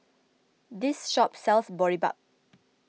this shop sells Boribap